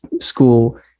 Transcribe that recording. school